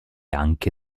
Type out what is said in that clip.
anche